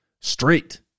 straight